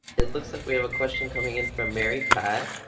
it looks like we have a question coming in from mary pat.